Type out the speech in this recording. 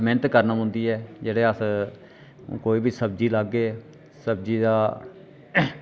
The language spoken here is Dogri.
मेह्नत करना पौंदी ऐ जेह्ड़े अस कोई बी सब्जी लाग्गे सब्जी दा